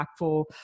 impactful